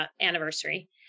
anniversary